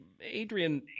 Adrian